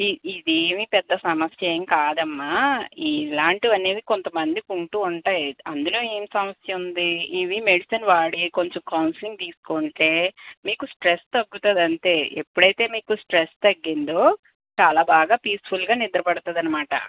ఇ ఇదేమి పెద్ద సమస్యేం కాదమ్మ ఇలాంటివన్నీ కొంతమందికి ఉంటూ ఉంటాయి అందులో ఏం సమస్య ఉంది ఇవి మెడిసిన్ వాడి కొంచెం కౌన్సిలింగ్ తీసుకుంటే మీకు స్ట్రెస్ తగ్గుతుంది అంతే ఎప్పుడైతే మీకు స్ట్రెస్ తగ్గిందో చాలా బాగా పీస్ఫుల్గా నిద్ర పడుతుంది అన్నమాట